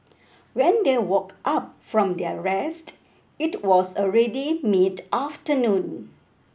when they woke up from their rest it was already mid afternoon